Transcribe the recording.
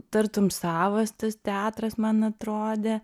tartum savas tas teatras man atrodė